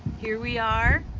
here we are.